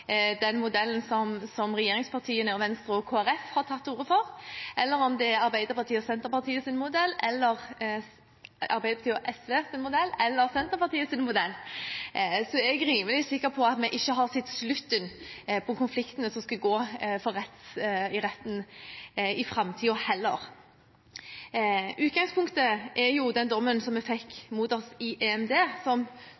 den modellen som regjeringspartiene, Venstre og Kristelig Folkeparti har tatt til orde for, eller om det er Arbeiderpartiet og Senterpartiets modell, Arbeiderpartiet og SVs modell eller Senterpartiets modell, er jeg rimelig sikker på at vi ikke har sett slutten på konfliktene i retten i framtiden heller. Utgangspunktet er den dommen som vi fikk mot oss i